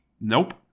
Nope